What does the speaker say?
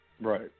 Right